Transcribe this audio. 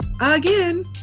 again